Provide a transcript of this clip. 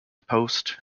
post